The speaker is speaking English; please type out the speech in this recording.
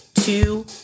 two